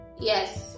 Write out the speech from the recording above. yes